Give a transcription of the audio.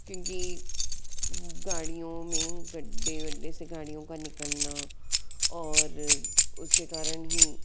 क्योंकि गाड़ियों में गड्ढे गड्ढे से गाड़ियों का निकलना और उसके कारण हीं